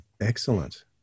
excellent